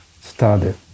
started